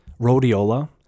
rhodiola